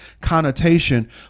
connotation